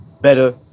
better